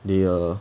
they ah